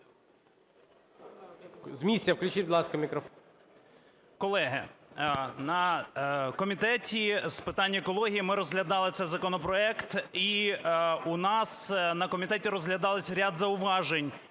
Колеги, на Комітеті з питань екології ми розглядали цей законопроект, і у нас на комітеті розглядались ряд зауважень